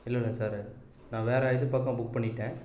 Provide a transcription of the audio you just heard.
இல்லை இல்லை சார் நான் வேற இது பக்கம் புக் பண்ணிட்டேன்